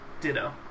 Ditto